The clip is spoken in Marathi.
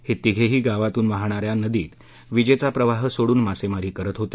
हे तीघेही गावातून वाहणाऱ्या पेज नदीत वीजेचा प्रवाह सोडून मासेमारी करत होते